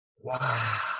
wow